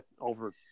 over